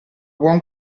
buon